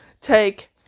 take